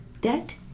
Debt